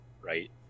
Right